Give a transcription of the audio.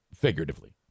Figuratively